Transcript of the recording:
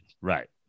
Right